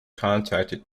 contacted